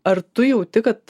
ar tu jauti kad